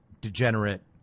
degenerate